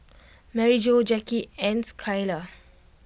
Maryjo Jacky and Schuyler